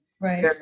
Right